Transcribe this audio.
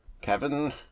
Kevin